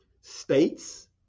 states